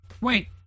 Wait